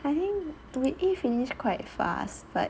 I think we eat finish quite fast but